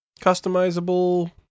Customizable